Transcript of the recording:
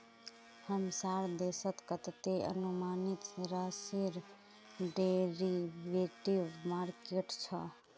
हमसार देशत कतते अनुमानित राशिर डेरिवेटिव मार्केट छ